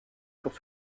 sur